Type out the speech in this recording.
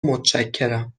متشکرم